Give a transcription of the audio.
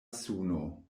suno